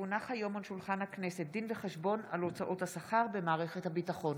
כי הונח היום על שולחן הכנסת דין וחשבון על הוצאות השכר במערכת הביטחון.